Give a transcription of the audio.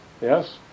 Yes